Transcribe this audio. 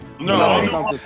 No